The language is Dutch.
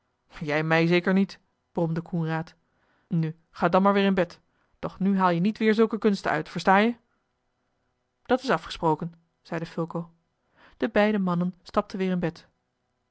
jij mij zeker niet bromde coenraad nu ga dan maar weer in bed doch nu haal je niet weer zulke kunsten uit versta je dat is afgesproken zeide fulco de beide mannen stapten weer in bed